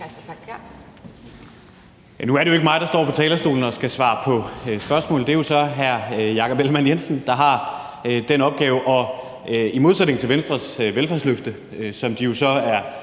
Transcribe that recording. Nu er det jo ikke mig, der står på talerstolen og skal svare på spørgsmål, men det er så hr. Jakob Ellemann-Jensen, der har den opgave, og i modsætning til Venstres velfærdsløfte, der blev